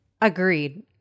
Agreed